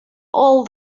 all